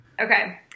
Okay